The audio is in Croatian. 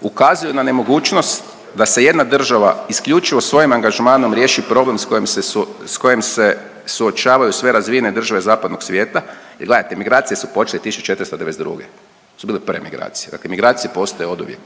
ukazuju na nemogućnost da se jedna država isključivo svojim angažmanom riješi problem s kojim se, s kojim se suočavaju sve razvijene države zapadnog svijeta, jer gledajte migracije su počele 1492. su bile prve migracije. Dakle, migracije postoje oduvijek